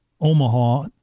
Omaha